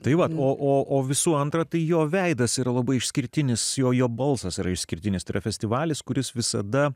tai va o visų antra tai jo veidas yra labai išskirtinis jo balsas yra išskirtinis tai yra festivalis kuris visada